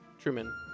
Truman